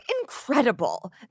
incredible